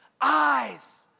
eyes